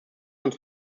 uns